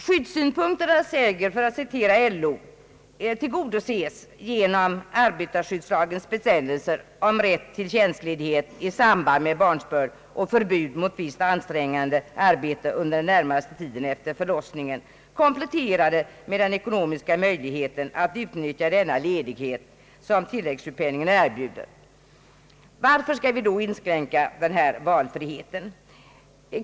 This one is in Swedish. Skyddssynpunkterna, säger LO, tillgodoses genom arbetarskyddslagens bestämmelser om rätt till tjänstledighet i samband med barnsbörd och förbud mot visst ansträngande arbete under den närmaste tiden efter förlossningen, kompletterade med den ekonomiska möjligheten att utnyttja denna ledighet som tilläggssjukpenningen erbjuder. Varför skall vi då inskränka denna valfrihet?